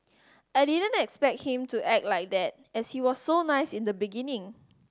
I didn't expect him to act like that as he was so nice in the beginning